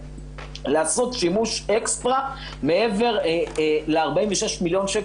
לעשות שימוש אקסטרה מעבר ל-46 מיליון שקל